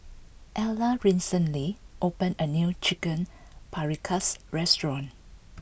Illa recently opened a new Chicken Paprikas restaurant